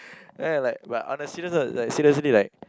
like like but on a serious note seriously like